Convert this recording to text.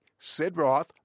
Sidroth